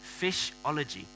fishology